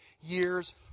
years